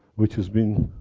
which has been.